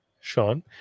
Sean